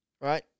right